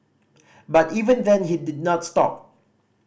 but even then he did not stop